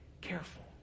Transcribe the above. careful